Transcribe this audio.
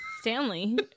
Stanley